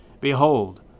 Behold